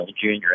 Junior